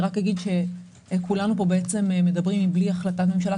רק אגיד שכולנו פה מדברים בלי החלטת ממשלה,